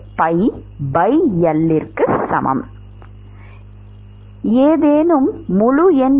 மாணவர்ஏதேனும் முழு எண்